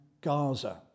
Gaza